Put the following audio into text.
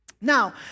Now